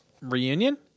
Reunion